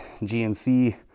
GNC